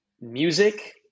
music